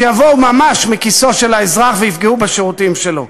שיבואו ממש מכיסו של האזרח ויפגעו בשירותים שלו.